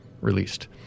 released